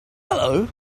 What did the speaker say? hello